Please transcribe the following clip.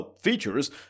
features